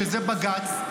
שזה בג"ץ,